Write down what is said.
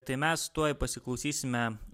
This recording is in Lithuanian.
tai mes tuoj pasiklausysime